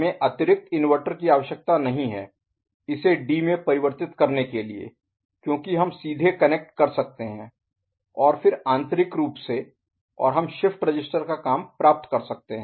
हमें अतिरिक्त इनवर्टर की आवश्यकता नहीं है इसे डी में परिवर्तित करने के लिए क्योंकि हम सीधे कनेक्ट कर सकते हैं और फिर आंतरिक रूप से और हम शिफ्ट रजिस्टर का काम प्राप्त कर सकते हैं